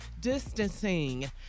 distancing